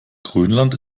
grönland